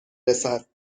رسد